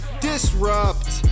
Disrupt